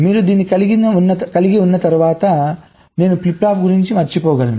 మీరు దీన్ని కలిగి ఉన్న తర్వాత నేను ఫ్లిప్ ఫ్లాప్ గురించి మరచిపోగలను